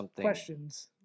questions